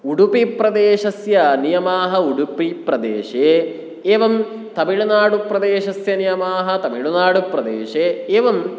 उडुपिप्रदेशस्य नियमाः उडुपिप्रदेशे एवं तमिल्नाडुप्रदेशस्य नियमाः तमिल्नाडुप्रदेशे एवम्